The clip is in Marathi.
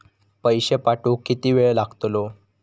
पैशे पाठवुक किती वेळ लागतलो?